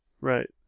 Right